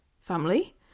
family